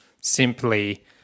simply